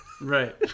Right